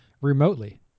remotely